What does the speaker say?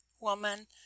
woman